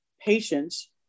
patients